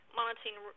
monitoring